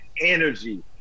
energy